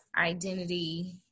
identity